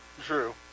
True